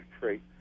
great